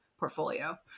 portfolio